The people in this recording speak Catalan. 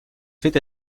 fet